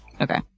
Okay